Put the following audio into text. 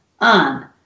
on